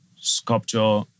sculpture